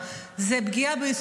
זה פגיעה באורח החיים שלנו,